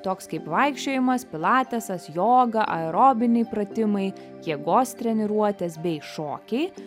toks kaip vaikščiojimas pilatesas joga aerobiniai pratimai jėgos treniruotės bei šokiai